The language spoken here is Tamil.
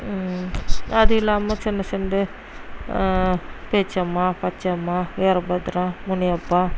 அது இல்லாமல் சின்ன சின்னது பேச்சியம்மா பச்சையம்மா வீர பத்ரா முனியப்பா